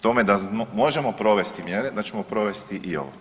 tome da možemo provesti mjere, da ćemo provesti i ovo.